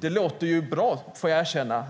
Det låter ju bra, får jag erkänna.